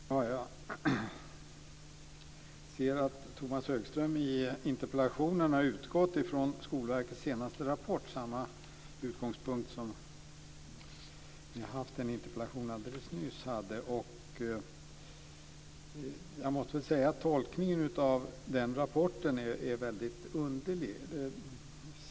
Fru talman! Jag ser att Tomas Högström i interpellationen har utgått från Skolverkets senaste rapport, samma utgångspunkt som vi hade i en interpellation alldeles nyss. Jag måste säga att tolkningen av den rapporten är väldigt underlig.